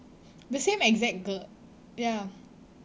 the same exact girl ya